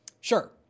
Sure